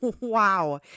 wow